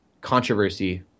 controversy